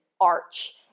arch